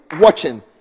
watching